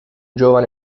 giovane